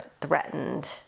threatened